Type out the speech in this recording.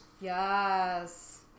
Yes